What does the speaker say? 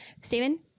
Stephen